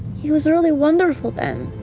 he was really wonderful then.